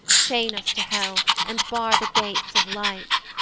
chain us to hell, and bar the gates of light.